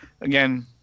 again